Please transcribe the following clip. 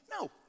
No